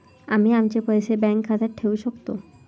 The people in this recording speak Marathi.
आम्ही आमचे पैसे बँक खात्यात ठेवू शकतो